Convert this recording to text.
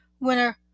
Winner